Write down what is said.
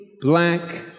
black